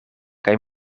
kaj